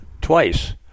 twice